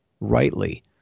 rightly